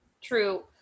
true